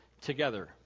together